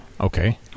Okay